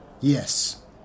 Yes